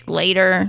later